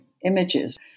images